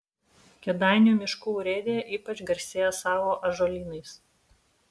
kėdainių miškų urėdija ypač garsėja savo ąžuolynais